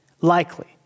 Likely